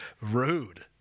Rude